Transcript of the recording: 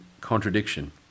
contradiction